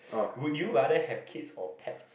would you rather have kids or pets